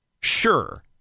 Sure